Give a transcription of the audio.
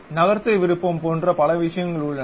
நகர்த்து விருப்பம் போன்ற பல விஷயங்களும் உள்ளன